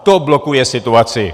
To blokuje situaci.